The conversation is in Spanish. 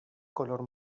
color